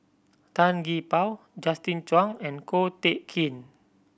Tan Gee Paw Justin Zhuang and Ko Teck Kin